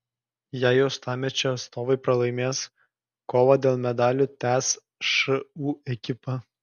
jei uostamiesčio atstovai pralaimės kovą dėl medalių tęs šu ekipa